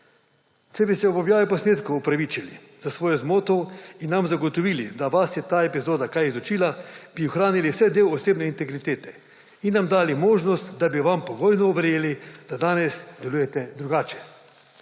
Če bi se po objavi posnetkov opravičili za svojo zmoto in nam zagotovili, da vas je ta epizoda kaj izučila, bi ohranili vsaj del osebne integritete in nam dali možnost, da bi vam pogojno verjeli, da danes delujete drugače.